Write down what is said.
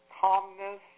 calmness